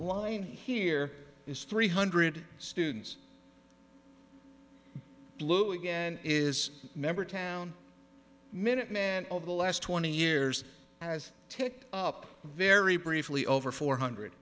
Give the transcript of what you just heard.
line here is three hundred students blue again is member town minuteman over the last twenty years has ticked up very briefly over four hundred